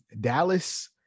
Dallas